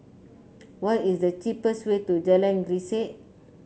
what is the cheapest way to Jalan Grisek